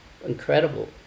Incredible